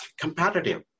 competitive